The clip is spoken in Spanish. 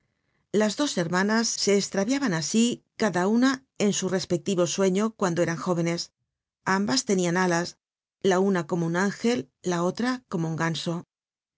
las dos hermanas se estraviaban asi cada una en su respectivo sueño cuando eran jóvenes ambas tenian alas la una como un ángel la otra como un ganso